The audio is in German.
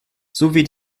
sowie